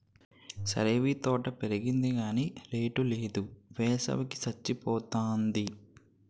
సరేవీ తోట పెరిగింది గాని రేటు నేదు, వేసవి కి సచ్చిపోతాంది